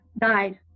died